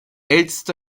älteste